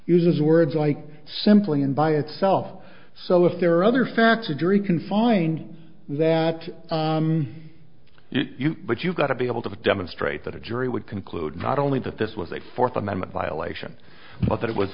uses words like simply and by itself so if there are other factors jury can find that you but you've got to be able to demonstrate that a jury would conclude not only that this was a fourth amendment violation but that it was